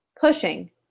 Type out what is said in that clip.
pushing